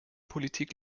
politik